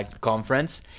Conference